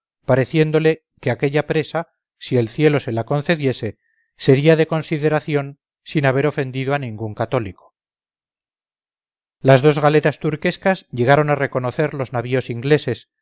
pareciéndole que aquella presa si el cielo se la concediese sería de consideración sin haber ofendido a ningún cathólico las dos galeras turquescas llegaron a reconocer los navíos ingleses